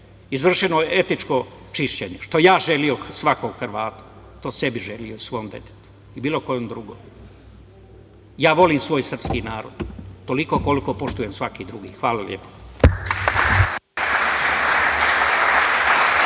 izvršeno etničko čišćenje. Što ja želim svakom Hrvatu, to sebi želim i svom detetu i bilo kom drugom. Ja volim svoj srpski narod toliko koliko poštujem svaki drugi. Hvala.